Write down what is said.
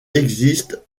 existent